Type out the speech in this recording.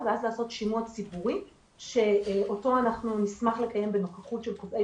ואז לעשות שימוע ציבורי שאותו נשמח לקיים בנוכחות של קובעי